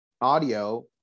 audio